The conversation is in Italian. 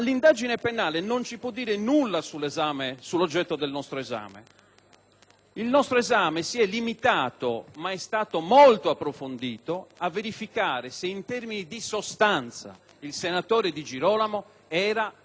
Il nostro esame si è limitato - ma è stato molto approfondito - a verificare se, in termini di sostanza, il senatore di Girolamo fosse o meno residente all'estero. I testimoni che hanno partecipato